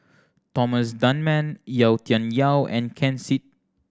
Thomas Dunman Yau Tian Yau and Ken Seet